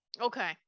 Okay